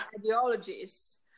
ideologies